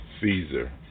Caesar